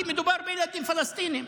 כי מדובר בילדים פלסטינים,